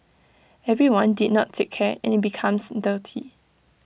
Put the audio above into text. everyone did not take care and IT becomes dirty